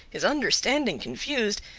his understanding confused,